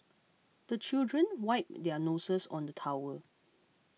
the children wipe their noses on the towel